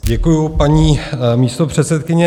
Děkuji, paní místopředsedkyně.